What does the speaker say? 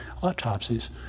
autopsies